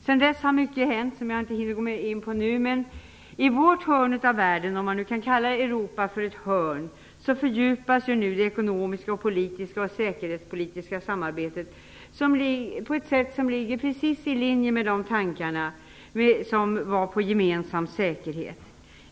Sedan dess har mycket hänt, som jag inte hinner gå in på nu, men i vårt hörn av världen - om man nu kan kalla Europa för ett hörn - fördjupas nu det ekonomiska, politiska och säkerhetspolitiska samarbetet på ett sätt som ligger helt i linje med tankarna om gemensam säkerhet.